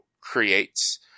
creates